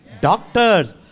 Doctors